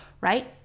right